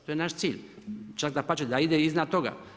To je naš cilj, čak dapače i da ide iznad toga.